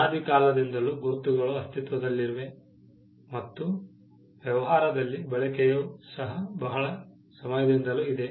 ಅನಾದಿ ಕಾಲದಿಂದಲೂ ಗುರುತುಗಳು ಅಸ್ತಿತ್ವದಲ್ಲಿವೆ ಮತ್ತು ವ್ಯವಹಾರದಲ್ಲಿ ಬಳಕೆಯು ಸಹ ಬಹಳ ಸಮಯದಿಂದಲೂ ಇದೆ